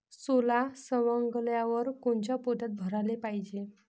सोला सवंगल्यावर कोनच्या पोत्यात भराले पायजे?